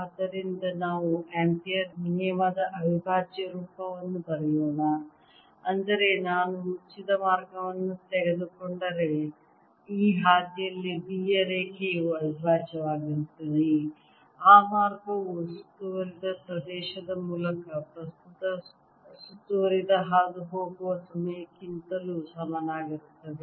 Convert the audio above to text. ಆದ್ದರಿಂದ ನಾವು ಆಂಪಿಯರ್ ನಿಯಮದ ಅವಿಭಾಜ್ಯ ರೂಪವನ್ನು ಬರೆಯೋಣ ಅಂದರೆ ನಾನು ಮುಚ್ಚಿದ ಮಾರ್ಗವನ್ನು ತೆಗೆದುಕೊಂಡರೆ ಈ ಹಾದಿಯಲ್ಲಿ B ಯ ರೇಖೆಯು ಅವಿಭಾಜ್ಯವಾಗಿರುತ್ತದೆ ಆ ಮಾರ್ಗಕ್ಕೆ ಸುತ್ತುವರಿದ ಪ್ರದೇಶದ ಮೂಲಕ ಪ್ರಸ್ತುತ ಸುತ್ತುವರಿದ ಹಾದುಹೋಗುವ ಸಮಯಕ್ಕಿಂತಲೂ ಸಮನಾಗಿರುತ್ತದೆ